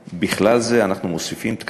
בכלל זה אנחנו מוסיפים תקנים,